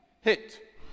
hit